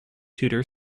tudor